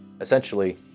Essentially